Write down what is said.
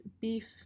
beef